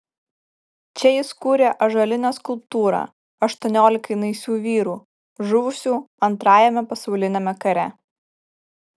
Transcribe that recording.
čia jis kūrė ąžuolinę skulptūrą aštuoniolikai naisių vyrų žuvusių antrajame pasauliniame kare